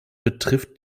betrifft